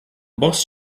boss